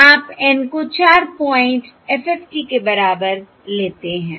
आप N को 4 point FFT के बराबर लेते हैं